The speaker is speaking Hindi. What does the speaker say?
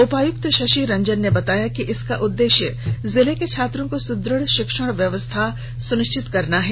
उपायुक्त शशि रंजन ने बताया कि इसका उद्देश्य जिले के छात्रों को सुदृढ़ शिक्षण व्यवस्था सुनिश्चित कराना है